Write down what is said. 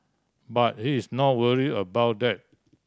but he's not worry about that